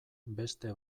beste